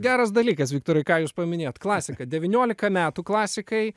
geras dalykas viktorai ką jūs paminėjot klasika devyniolika metų klasikai